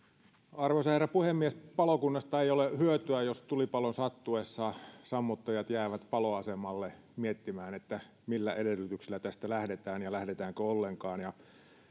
arvoisa herra puhemies palokunnasta ei ole hyötyä jos tulipalon sattuessa sammuttajat jäävät paloasemalle miettimään millä edellytyksillä tästä lähdetään ja lähdetäänkö ollenkaan